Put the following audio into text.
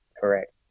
Correct